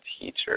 Teacher